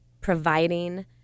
providing